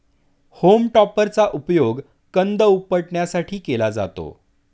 home टॉपरचा उपयोग कंद उपटण्यासाठी केला जातो